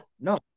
no